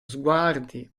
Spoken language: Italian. sguardi